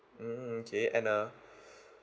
mm okay and uh